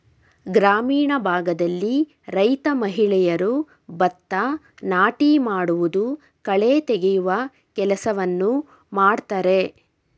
ಗ್ರಾಮೀಣ ಭಾಗದಲ್ಲಿ ರೈತ ಮಹಿಳೆಯರು ಭತ್ತ ನಾಟಿ ಮಾಡುವುದು, ಕಳೆ ತೆಗೆಯುವ ಕೆಲಸವನ್ನು ಮಾಡ್ತರೆ